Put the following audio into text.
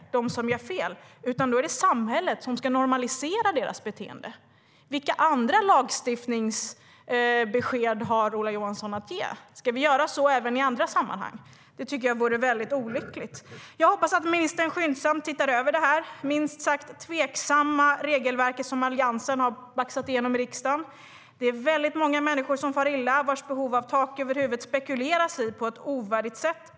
De som gör fel ska inte betala, utan det är samhället som ska normalisera deras beteende. Vilka andra lagstiftningsbesked har Ola Johansson att ge? Ska vi göra så även i andra sammanhang? Det tycker jag vore väldigt olyckligt. Jag hoppas att ministern skyndsamt tittar över det minst sagt tveksamma regelverk Alliansen har baxat igenom i riksdagen. Det är väldigt många människor som far illa och vilkas behov av tak över huvudet det spekuleras i på ett ovärdigt sätt.